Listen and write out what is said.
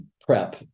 prep